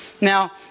Now